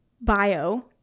bio